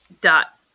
Dot